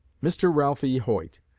mr. ralph e. hoyt,